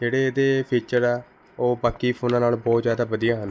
ਜਿਹੜੇ ਇਹਦੇ ਫੀਚਰ ਆ ਉਹ ਬਾਕੀ ਫੋਨਾਂ ਨਾਲੋਂ ਬਹੁਤ ਜ਼ਿਆਦਾ ਵਧੀਆ ਹਨ